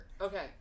Okay